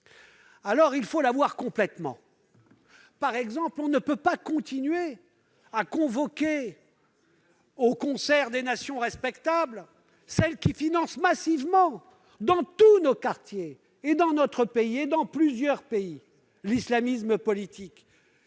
alors il faut l'exiger complètement. Par exemple, on ne peut pas continuer à convoquer au concert des nations respectables celles qui financent massivement dans tous les quartiers de notre pays, et dans plusieurs autres, l'islamisme politique,